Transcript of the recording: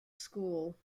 school